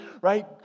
right